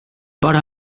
bara